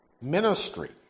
ministry